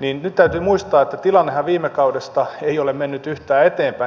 niin täytyy muistaa että tilannehan viime kaudesta ei ole mennyt yhtään eteenpäin